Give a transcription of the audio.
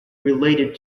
related